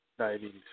diabetes